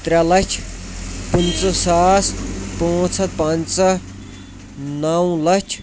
ترٛےٚ لَچھ پٕنٛژٕ ساس پانٛژھ ہَتھ پنٛژاہ نَو لَچھ